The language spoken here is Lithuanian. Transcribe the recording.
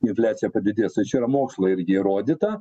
infliacija padidės tai čia yra mokslo irgi įrodyta